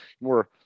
more